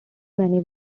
many